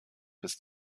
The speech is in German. bis